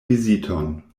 viziton